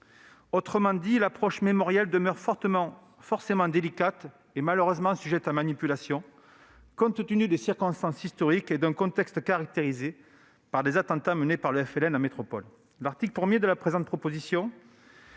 Autrement dit, l'approche mémorielle demeure forcément délicate et malheureusement sujette à manipulations, compte tenu des circonstances historiques et d'un contexte caractérisé par les attentats du FLN en métropole. En vertu de l'article 1 du présent texte,